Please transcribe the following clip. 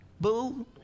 Boo